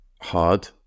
hard